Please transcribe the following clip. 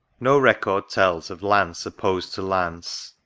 no record tells of lance opposed to lance,